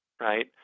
right